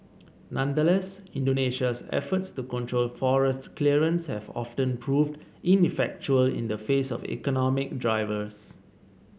nonetheless Indonesia's efforts to control forest clearance have often proved ineffectual in the face of economic drivers